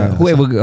Whoever